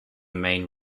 main